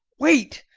wait!